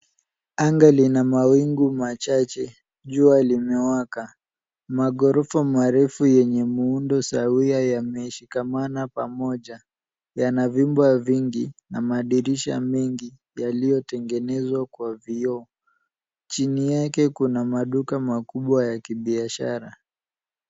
Anga lina mawingu machache. Jua limewaka. Maghorofa marefu yenye muundo sawia yameshikamana pamoja. Yana vyumba vingi na madirisha mengi yaliyotengenezwa kwa vioo. Chini yake kuna maduka makubwa ya kibiashara.